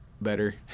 better